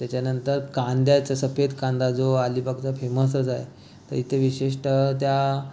त्याच्यानंतर कांद्याचं सफेद कांदा जो अलिबागचा फेमसच आहे तर इथे विशिष्ट त्या